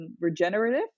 regenerative